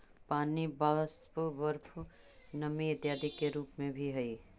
पानी वाष्प, बर्फ नमी इत्यादि के रूप में भी हई